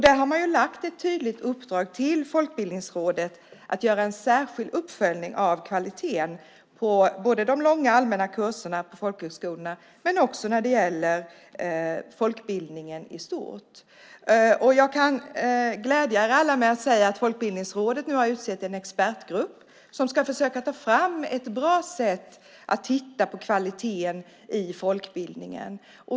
Där har man gett ett tydligt uppdrag till Folkbildningsrådet att göra en särskild uppföljning både av kvaliteten på de långa allmänna kurserna vid folkhögskolorna och av folkbildningen i stort. Jag kan glädja er alla med att säga att Folkbildningsrådet nu utsett en expertgrupp som ska försöka ta fram ett bra sätt att titta på kvaliteten i folkbildningen.